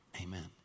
amen